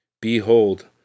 Behold